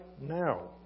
now